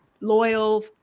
loyal